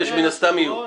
מן הסתם יהיו.